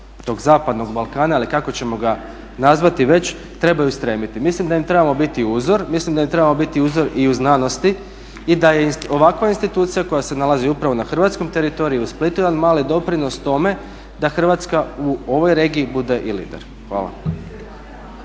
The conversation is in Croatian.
tog zapadnog Balkana ili kako ćemo ga nazvati već trebaju stremiti. Mislim da im trebamo biti uzor, mislim da im trebamo biti uzor i u znanosti i da ovakva institucija koja se nalazi upravo na hrvatskom teritoriju u Splitu jedan mali doprinos tome da Hrvatska u ovoj regiji bude i lider. Hvala.